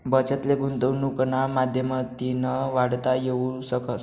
बचत ले गुंतवनुकना माध्यमतीन वाढवता येवू शकस